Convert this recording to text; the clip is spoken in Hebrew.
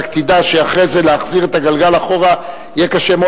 רק תדע שאחרי זה להחזיר את הגלגל אחורה יהיה קשה מאוד.